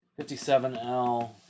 57L